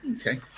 Okay